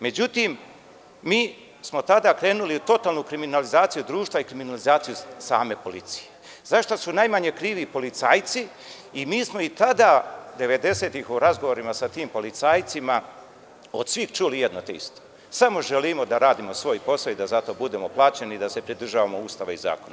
Međutim, mi smo tada krenuli u totalnu kriminalizaciju društva i kriminalizaciju same policije, a za šta su najmanje krivi policajci i mi smo i tada, 90-tih, u razgovoru sa tim policajcima čuli jedno te isto – samo želimo da radimo svoj posao i da za to budemo plaćeni, da se pridržavamo Ustava i zakona.